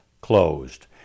closed